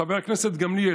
אמר לו: חבר הכנסת גמליאל,